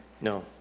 No